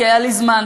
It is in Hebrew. כי היה לי זמן.